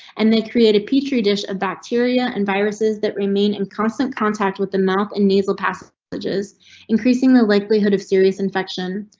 and they created petri dish of bacteria and viruses that remain in constant contact with the mouth and nasal passages, increasing the likelihood of serious infection,